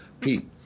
Pete